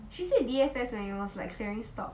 she said D_F_S when it was like clearing stocks